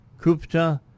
Kupta